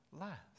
last